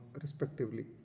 respectively